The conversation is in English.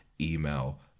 email